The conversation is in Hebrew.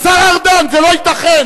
השר ארדן, זה לא ייתכן.